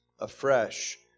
afresh